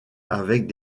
avec